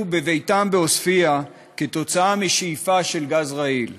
בביתם בעוספיא כתוצאה משאיפה של גז רעיל.